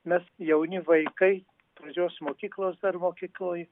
mes jauni vaikai pradžios mokyklos dar mokykloj